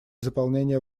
заполнения